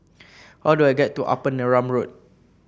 how do I get to Upper Neram Road